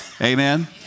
Amen